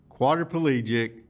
quadriplegic